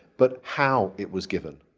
but how it was given.